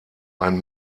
ein